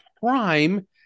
prime